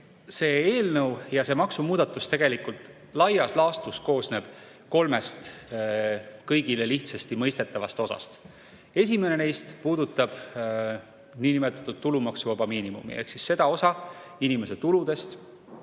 See eelnõu ja see maksumuudatus koosneb laias laastus kolmest kõigile lihtsasti mõistetavast osast. Esimene neist puudutab niinimetatud tulumaksuvaba miinimumi ehk seda osa inimese tuludest